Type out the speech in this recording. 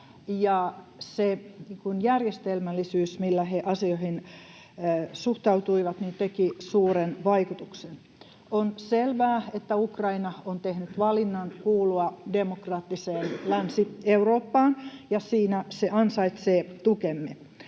ja se järjestelmällisyys, millä he asioihin suhtautuivat, tekivät suuren vaikutuksen. On selvää, että Ukraina on tehnyt valinnan kuulua demokraattiseen Länsi-Eurooppaan, ja siinä se ansaitsee tukemme.